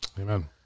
Amen